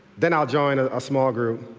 then i'll join a ah small group.